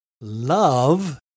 love